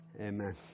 Amen